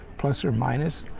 plus or minus.